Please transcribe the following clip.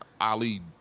Ali